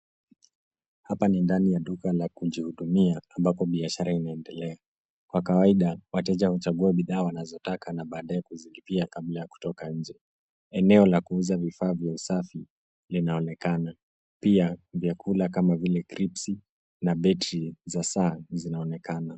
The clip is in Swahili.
Hapa ni ndani ya duka la kujihudumia, ambapo biashara inaendelea. Kwa kawaida, wateja huchagua bidhaa wanazotaka na badae kuzilipia kabla ya kutoka nje. Eneo la kuuza vifaa vya usafi linaoneka, pia vyakula kama vile kripsi na battery za saa zinaonekana.